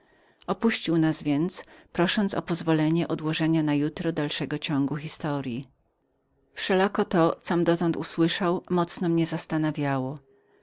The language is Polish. opuścił nas więc prosząc o pozwolenie odłożenia na jutro dalszego ciągu historyi wszelako to com dotąd usłyszał mocno mnie zastanowiało